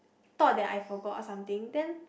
thought that I forgot or something then